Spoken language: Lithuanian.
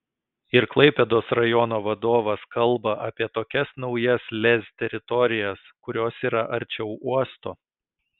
ir klaipėdos rajono vadovas kalba apie tokias naujas lez teritorijas kurios yra arčiau uosto